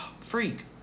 Freak